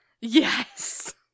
Yes